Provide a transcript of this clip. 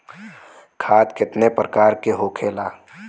खाद कितने प्रकार के होखेला?